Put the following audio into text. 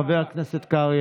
חבר הכנסת קרעי,